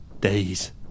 Days